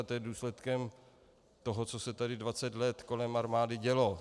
To je důsledkem toho, co se tady 20 let kolem armády dělo.